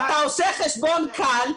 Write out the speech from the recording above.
אם אתה עושה חשבון קל,